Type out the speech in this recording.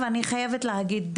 ואני חייבת להגיד,